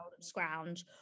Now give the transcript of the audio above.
scrounge